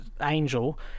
angel